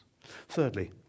Thirdly